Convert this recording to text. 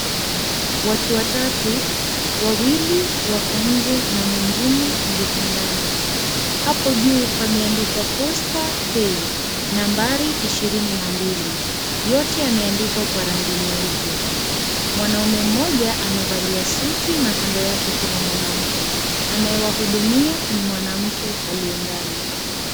Watu watatu, wawili wako nje na mwingine yuko ndani. Hapo juu pameandikwa posta Pay 22 . Yote yameandikwa kwa rangi nyeupe. Mwanaume mmoja amevalia suti na kando yake kuna mwanamke. Anayewahudumia ni mwanamke aliye ndani.